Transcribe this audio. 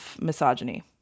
misogyny